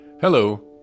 Hello